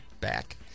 back